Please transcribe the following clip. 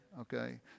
okay